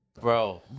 bro